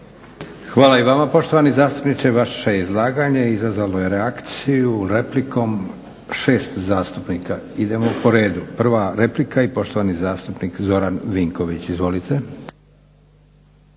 Hvala i vama poštovani zastupniče. Vaše izlaganje izazvalo je reakciju replikom 6 zastupnika. Idemo po redu. Prva replika i poštovani zastupnik Zoran Vinković. Izvolite.